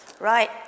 Right